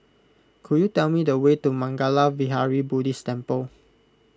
could you tell me the way to Mangala Vihara Buddhist Temple